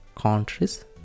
countries